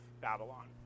Babylon